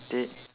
they